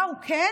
מה הוא כן?